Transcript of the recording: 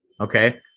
Okay